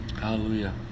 Hallelujah